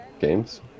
Games